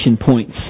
points